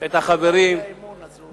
את החברים בדילמות שעומדות